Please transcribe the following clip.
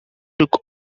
took